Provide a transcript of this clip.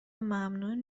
ممنون